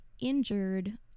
injured